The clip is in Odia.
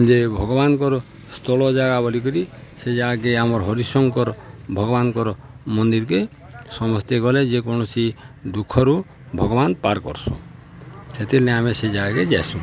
ଯେ ଭଗବାନଙ୍କର ସ୍ଥଳ ଜାଗା ବୋଲିକରି ସେ ଜାଗାକେ ଆମର୍ ହରିଶଙ୍କର ଭଗବାନଙ୍କର ମନ୍ଦିର୍କେ ସମସ୍ତେ ଗଲେ ଯେକୌଣସି ଦୁଃଖରୁ ଭଗବାନ ପାର୍ କରସୁଁ ସେଥିର୍ଲାଗି ଆମେ ସେ ଜାଗାକେ ଯାଇସୁଁ